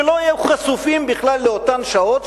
שלא היו חשופים בכלל באותן שעות,